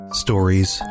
stories